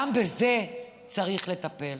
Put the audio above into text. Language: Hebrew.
גם בזה צריך לטפל.